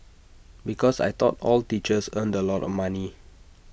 because I thought all teachers earned A lot of money